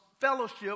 fellowship